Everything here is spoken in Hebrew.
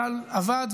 וצה"ל עבד,